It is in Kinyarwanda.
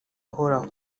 ahoraho